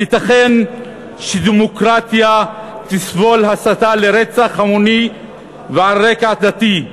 הייתכן שדמוקרטיה תסבול הסתה לרצח המוני ועל רקע דתי?